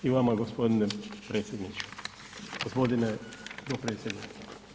I vama gospodine predsjedniče, gospodine potpredsjedniče.